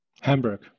Hamburg